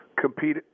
compete